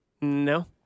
No